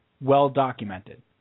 well-documented